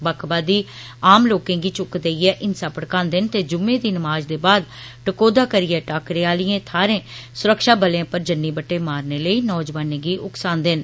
बक्खवादी आम लोकें गी चुक्क देइए हिंसा भडकांदे न ते जुम्मे दी नमाज दे बाद टकोह्दा करिए टाकरे आलिएं थ्हारें सुरक्षा बले पर जन्नी बट्टे मारने लेई नौजवानें गी उक्सांदे न